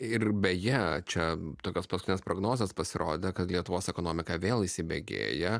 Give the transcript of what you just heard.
ir beje čia tokios paskutinės prognozės pasirodė kad lietuvos ekonomika vėl įsibėgėja